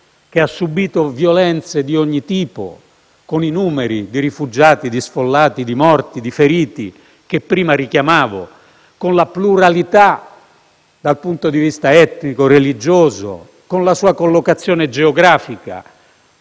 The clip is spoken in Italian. che ha subito violenze di ogni tipo, con i numeri di rifugiati, di sfollati, di morti, di feriti, che prima richiamavo, con la sua pluralità dal punto di vista etnico-religioso, con la sua collocazione geografica,